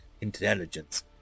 intelligence